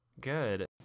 Good